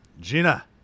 Gina